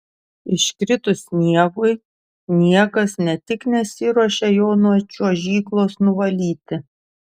iškritus sniegui niekas ne tik nesiruošia jo nuo čiuožyklos nuvalyti